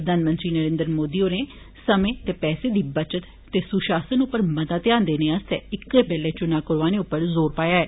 प्रधानमंत्री नरेन्द्र मोदी होरें समे ते पैसे दी बचत ते सुशासन उप्पर मता ध्यान देने आस्तै इक बेल्ले चुनां करौआने उप्पर जोर पाया ऐ